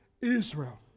Israel